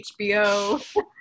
HBO